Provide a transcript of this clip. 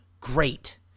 great